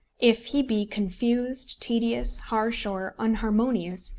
if he be confused, tedious, harsh, or unharmonious,